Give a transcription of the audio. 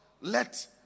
let